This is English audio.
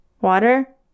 water